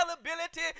availability